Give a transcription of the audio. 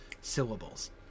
syllables